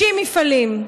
60 מפעלים,